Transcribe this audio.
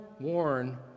warn